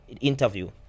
interview